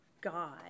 God